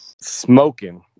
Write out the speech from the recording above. Smoking